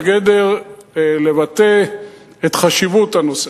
בגדר לבטא את חשיבות הנושא.